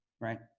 right